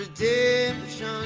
Redemption